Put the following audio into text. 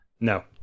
no